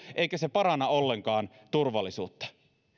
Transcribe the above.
eikä se paranna ollenkaan turvallisuutta